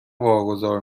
واگذار